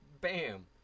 bam